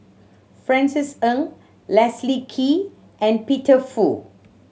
Francis Ng Leslie Kee and Peter Fu